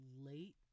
late